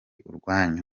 urwanyu